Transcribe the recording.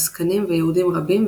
עסקנים ויהודים רבים,